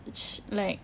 each like